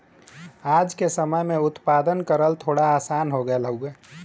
आज के समय में उत्पादन करल थोड़ा आसान हो गयल हउवे